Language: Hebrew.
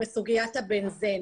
בסוגיית ה-בנזן.